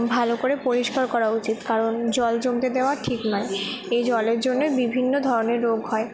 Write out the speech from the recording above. ভালো করে পরিষ্কার করা উচিত কারণ জল জমতে দেওয়া ঠিক নয় এই জলের জন্যে বিভিন্ন ধরনের রোগ হয়